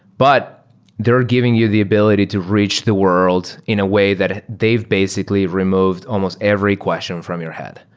but they're giving you the ability to reach the world in a way that they've basically removed almost every question from your head,